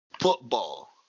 football